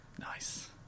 Nice